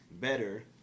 better